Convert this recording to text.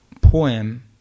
poem